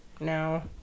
no